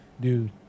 Dude